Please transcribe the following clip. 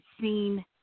seen –